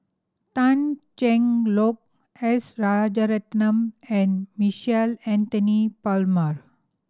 Tan Cheng Lock S Rajaratnam and Michael Anthony Palmer